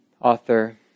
author